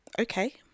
Okay